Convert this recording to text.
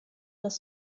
das